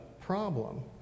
problem